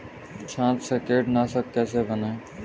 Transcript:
छाछ से कीटनाशक कैसे बनाएँ?